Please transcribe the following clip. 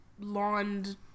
lawned